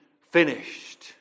finished